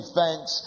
thanks